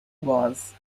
was